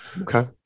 okay